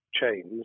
chains